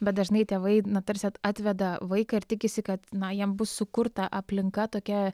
bet dažnai tėvai tarsi atveda vaiką ir tikisi kad na jam bus sukurta aplinka tokia